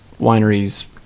wineries